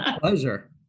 pleasure